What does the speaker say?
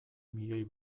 milioi